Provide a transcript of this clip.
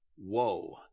Whoa